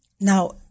now